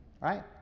right